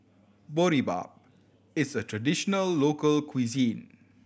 boribap is a traditional local cuisine